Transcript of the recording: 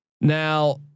Now